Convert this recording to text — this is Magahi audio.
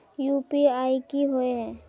यु.पी.आई की होय है?